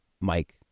Mike